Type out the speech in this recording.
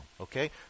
okay